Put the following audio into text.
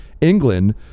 England